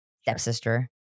Stepsister